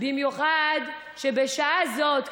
במיוחד שבשעה זאת,